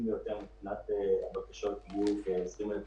כי מעל גיל 67,